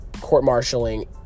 court-martialing